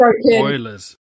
Spoilers